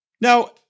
Now